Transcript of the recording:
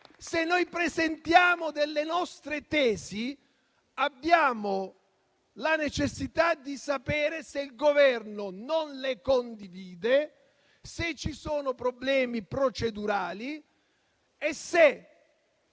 Se noi presentiamo le nostre tesi, abbiamo la necessità di sapere se il Governo non le condivide, se ci sono dei problemi procedurali e se